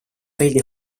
veelgi